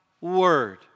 word